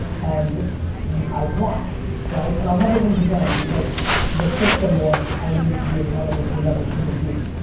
and i've won right? and i'll never loose again because the system was i needed to be accountable to another human being.